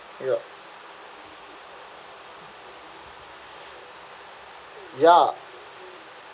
you know ya